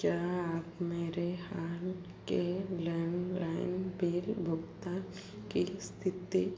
क्या आप मेरे के लिए लैंडलाइन बिल भुगतान की स्थिति